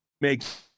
makes